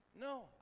No